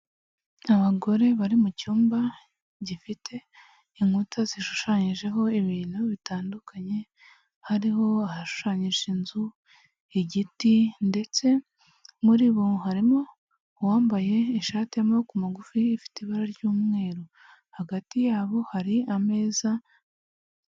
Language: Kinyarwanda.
Abagore bari mu cyumba gifite inkuta zishushanyijeho ibintu bitandukanye, hariho ahashushanyije inzu, igiti ndetse muri bo harimo uwambaye ishati y'amabokoku magufi, ifite ibara ry'umweru, hagati yabo hari ameza.